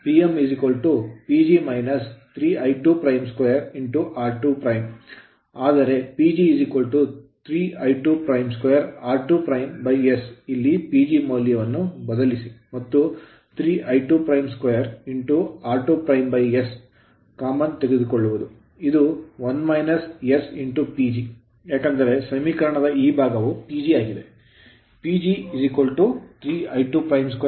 ನಂತರ Pm PG - 3 I22 r2 ಆದರೆ PG 3 I22 r2s ಇಲ್ಲಿ PG ಮೌಲ್ಯವನ್ನು ಬದಲಿಸಿ ಮತ್ತು 3 I22 r2s common ಸಾಮಾನ್ಯ ತೆಗೆದುಕೊಳ್ಳುವುದು ಇದು 1 - s PG ಏಕೆಂದರೆ ಸಮೀಕರಣದ ಈ ಭಾಗವು PG ಆಗಿದೆ PG 3 I22 r2s